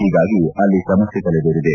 ಹೀಗಾಗಿ ಅಲ್ಲಿ ಸಮಸ್ನೆ ತಲೆದೋರಿದೆ